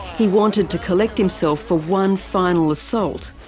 he wanted to collect himself for one final assault,